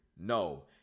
No